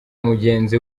mugenzi